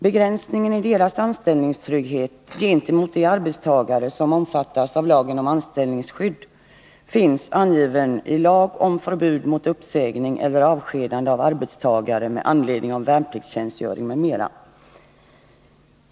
Begränsningen i deras anställningstrygghet gentemot de arbetstagare som omfattas av lagen om anställningsskydd finns angiven i lagen om förbud mot uppsägning eller avskedande av arbetstagare med anledning av värnpliktstjänstgöring m.m.